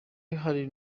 ihari